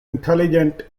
intelligent